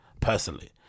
personally